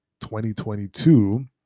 2022